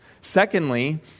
Secondly